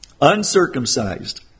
uncircumcised